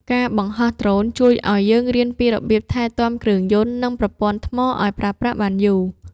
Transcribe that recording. ការបង្ហោះដ្រូនជួយឱ្យយើងរៀនពីរបៀបថែទាំគ្រឿងយន្ត និងប្រព័ន្ធថ្មឱ្យប្រើប្រាស់បានយូរ។